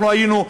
אנחנו היינו,